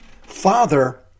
Father